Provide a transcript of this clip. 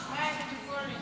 (ביטול ממשלת החילופים), התשפ"ד 2024,